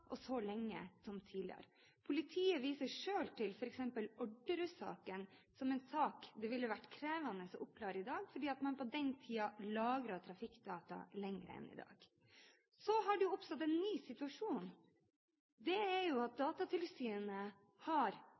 og så lenge som tidligere. Politiet viser selv til f.eks. Orderud-saken som en sak det ville vært mer krevende å oppklare i dag, fordi man på den tiden lagret trafikkdata lenger enn i dag. Så har det oppstått en ny situasjon. Datatilsynet har